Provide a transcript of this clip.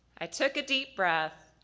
i took a deep breath,